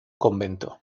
convento